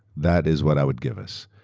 that is what i would give us.